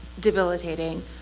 debilitating